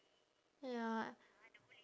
ya